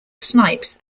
snipes